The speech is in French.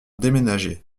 déménager